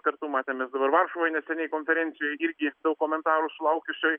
kartu matėmės dabar varšuvoj neseniai konferencijoj irgi daug komentarų sulaukiusioj